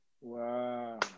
Wow